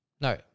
No